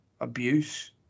abuse